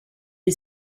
est